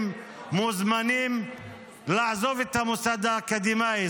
הם מוזמנים לעזוב את המוסד האקדמי,